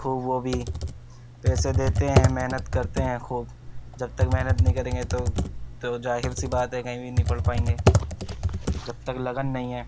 خوب وہ بھی پیسے دیتے ہیں محنت کرتے ہیں خود جب تک محنت نہیں کریں گے تو تو جاہر سی بات ہے کہییں بھی نہیں پڑھ پائیں گے جب تک لگن نہیں ہے